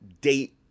date